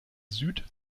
süd